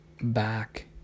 back